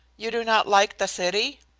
you do not like the city?